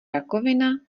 rakovina